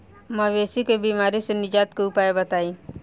मवेशी के बिमारी से निजात के उपाय बताई?